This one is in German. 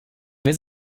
wir